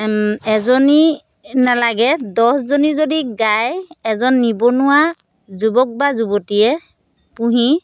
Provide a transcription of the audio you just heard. এজনী নালাগে দহজনী যদি গাই এজন নিবনুৱা যুৱক বা যুৱতীয়ে পুহি